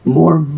more